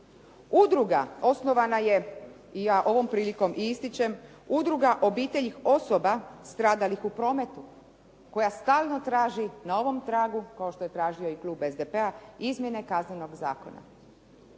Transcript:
Udruga osnovana je, i ja ovom prilikom i ističem, Udruga obitelji osoba stradalih u prometu koja stalno traži na ovom tragu kao što je tražio i klub SDP-a izmjene Kaznenog zakona.